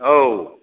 औ